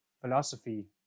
philosophy